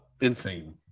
Insane